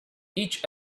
each